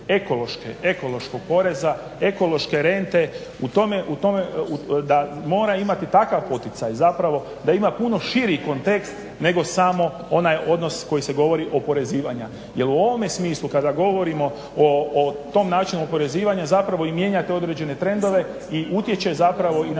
ekološkog poreza, ekološke rente u tome da mora imati takav poticaj zapravo da ima puno širi kontekst nego samo onaj odnos koji se govori oporezivanja. Jer u ovome smislu kada govorimo o tom načinu oporezivanja zapravo i mijenja te određene trendove i utječe zapravo i na